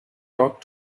talk